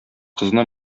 кызны